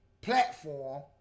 platform